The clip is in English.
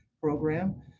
program